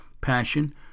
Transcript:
passion